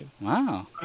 Wow